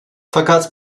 fakat